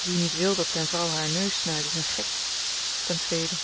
wie niet wil dat zyn vrouw haar neus snuit is een gek ten tweede